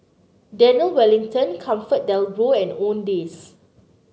Daniel Wellington ComfortDelGro and Owndays